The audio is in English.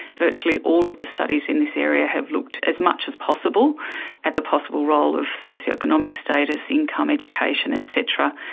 virtually all of the studies in this area have looked as much as possible at the possible role of socio-economic status, income, education et cetera.